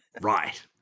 right